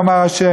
יאמר ה',